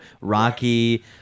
Rocky